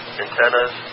antennas